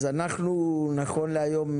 נכון להיות,